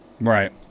Right